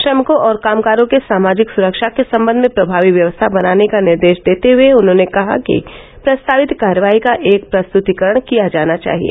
श्रमिकों और कामगारों के सामाजिक सुरक्षा के सम्बन्ध में प्रभावी व्यवस्था बनाने का निर्देश देते हये उन्होंने कहा कि प्रस्तावित कार्यवाही का एक प्रस्तृतीकरण किया जाना चाहिए